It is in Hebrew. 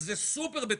זה סופר בטיחותי.